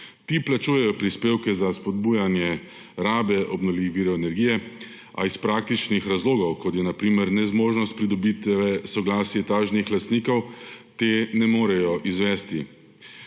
Ti plačujejo prispevke za spodbujanje rabe obnovljivih virov energije, a iz praktičnih razlogov, kot je na primer nezmožnost pridobitve soglasja etažnih lastnikov, te ne morejo izvesti.